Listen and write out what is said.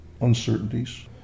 uncertainties